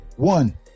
One